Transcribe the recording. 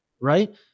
right